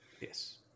yes